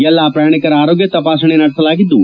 ಎಲ್ಲಾ ಪ್ರಯಾಣಿಕರ ಆರೋಗ್ಯ ತಪಾಸಣೆ ಮಾಡಲಾಗಿದ್ಲು